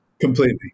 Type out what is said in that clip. Completely